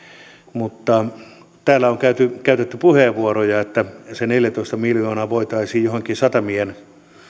mutta kun täällä on käytetty puheenvuoroja siitä että se neljätoista miljoonaa voitaisiin johonkin satamien